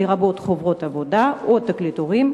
לרבות חוברות עבודה או תקליטורים,